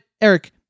Eric